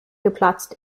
geplatzt